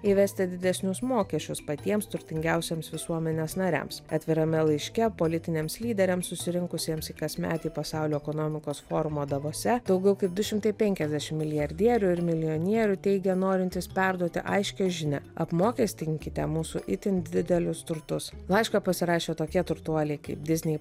įvesti didesnius mokesčius patiems turtingiausiems visuomenės nariams atvirame laiške politiniams lyderiams susirinkusiems į kasmetį pasaulio ekonomikos forumą davose daugiau kaip du šimtai penkiasdešim milijardierių ir milijonierių teigė norintys perduoti aiškią žinią apmokestinkite mūsų itin didelius turtus laišką pasirašė tokie turtuoliai kaip disney